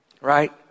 Right